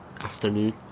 afternoon